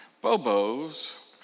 Bobo's